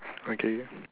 okay